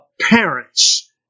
parents